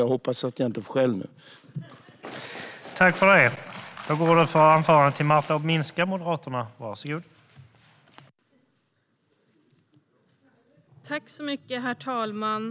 Jag hoppas att jag inte får skäll nu, herr talman.